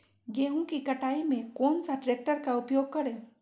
गेंहू की कटाई में कौन सा ट्रैक्टर का प्रयोग करें?